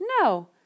no